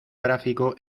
gráfico